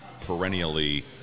perennially